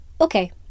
Okay